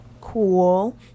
Cool